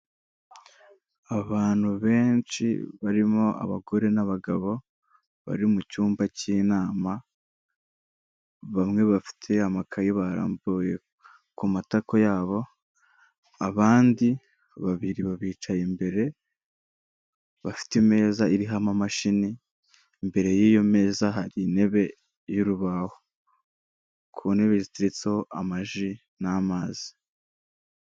Abantu benshi barimo abagore n'abagabo, bari mu cyumba cy'inama, bamwe bafite amakayi barambuye ku matako yabo, abandi babiri babicaye imbere, bafite imeza iriho amamashini imbere y'iyo meza hari intebe y'urubaho, ku ntebe ziteretseho amaji n'amazi.